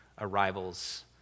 arrivals